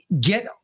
get